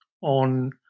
on